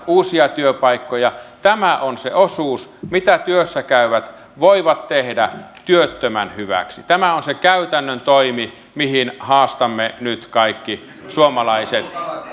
uusia työpaikkoja tämä on se osuus minkä työssä käyvät voivat tehdä työttömän hyväksi tämä on se käytännön toimi mihin haastamme nyt kaikki suomalaiset